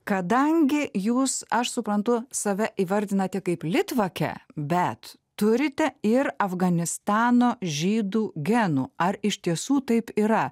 kadangi jūs aš suprantu save įvardinate kaip litvakę bet turite ir afganistano žydų genų ar iš tiesų taip yra